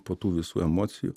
po tų visų emocijų